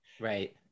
right